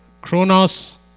chronos